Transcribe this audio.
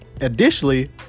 Additionally